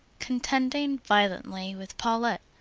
contending violently with paulet,